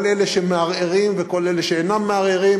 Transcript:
כל אלה שמערערים וכל אלה שאינם מערערים.